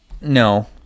no